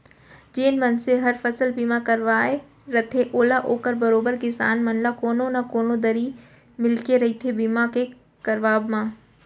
जेन मनसे हर फसल बीमा करवाय रथे ओला ओकर बरोबर किसान मन ल कोनो न कोनो दरी मिलके रहिथे बीमा के करवाब म